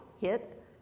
hit